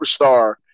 superstar